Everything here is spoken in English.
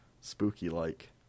spooky-like